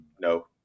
No